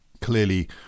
clearly